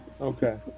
Okay